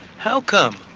how come?